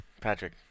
Patrick